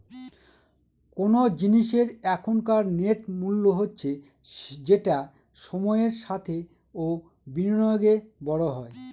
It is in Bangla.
কোন জিনিসের এখনকার নেট মূল্য হচ্ছে যেটা সময়ের সাথে ও বিনিয়োগে বড়ো হয়